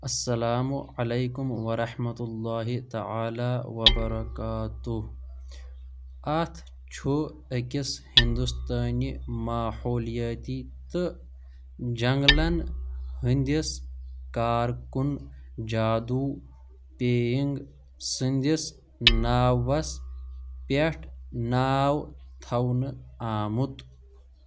اسلام علیکم ورحمۃ اللہ تعالٰی وبرکاتہ اتھ چھُ أکِس ہندوستٲنہِ ماحولیٲتی تہٕ جنگلن ہٕنٛدِس کارکُن جادوٗ پیینگ سٕنٛدِس ناوَس پٮ۪ٹھ ناو تھاونہٕ آمُت